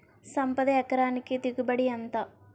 సంపద ఎకరానికి దిగుబడి ఎంత?